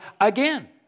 again